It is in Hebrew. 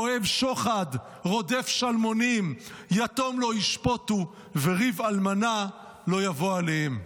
אהב שחד ורדף שלמנים יתום לא ישפטו וריב אלמנה לא יבוא אליהם".